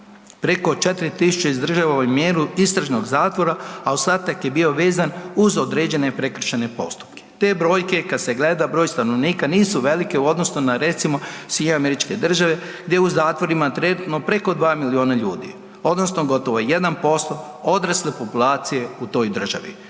preko 4.000 izdržava i mjeru istražnog zatvora, a ostatak je bio vezan uz određene prekršajne postupke. Te brojke kada se gleda broj stanovnika nisu velike u odnosu na recimo SAD gdje je u zatvorima trenutno preko 2 milijuna ljudi odnosno gotovo oko 1% odrasle populacije u toj državi.